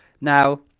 Now